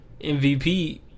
MVP